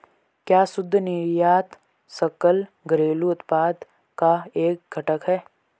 क्या शुद्ध निर्यात सकल घरेलू उत्पाद का एक घटक है?